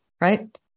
right